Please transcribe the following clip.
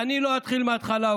"אני לא אתחיל מההתחלה,